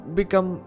become